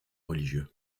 religieux